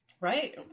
right